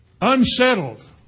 unsettled